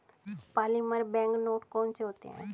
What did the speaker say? polymer bank note कौन से होते हैं